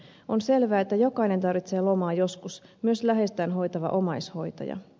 on selvää että jokainen tarvitse lomaa joskus myös läheistään hoitava omaishoitaja